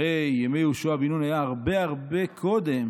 הרי ימי יהושע בן נון היו הרבה הרבה קודם